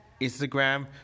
Instagram